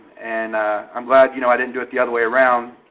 and i'm glad you know i didn't do it's the other way around,